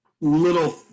little